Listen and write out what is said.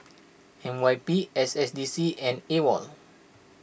N Y P S S D C and Awol